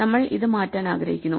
നമ്മൾ ഇത് മാറ്റാൻ ആഗ്രഹിക്കുന്നു